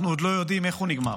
אנחנו לא יודעים איך הוא נגמר.